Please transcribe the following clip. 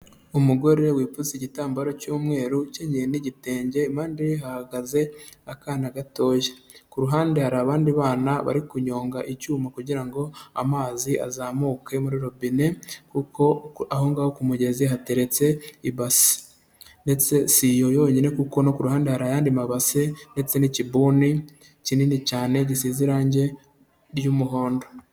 Umugore wipfutse igitambaro cy'umweru ukenyeye n'igitenge, impande ye hahagaze akana gatoya, ku ruhande hari abandi bana bari kunyonga icyuma kugira ngo amazi azamuke muri robine kuko aho ngaho ku mugezi hateretse ibase, ndetse si iyo yonyine kuko no ku ruhande hari ayandi mabase ndetse n'ikibuni kinini cyane gisize irangi ry'umuhondo.